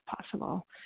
possible